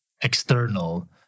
external